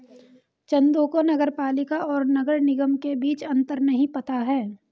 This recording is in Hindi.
चंदू को नगर पालिका और नगर निगम के बीच अंतर नहीं पता है